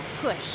push